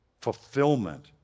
fulfillment